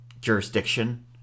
jurisdiction